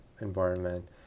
environment